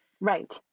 Right